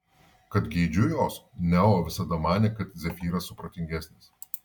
kad geidžiu jos neo visada manė kad zefyras supratingesnis